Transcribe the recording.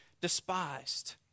despised